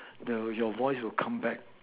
the your voice will come back